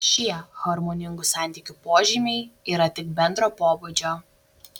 šie harmoningų santykių požymiai yra tik bendro pobūdžio